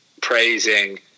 praising